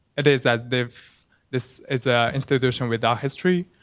it is as if this is a institution without history.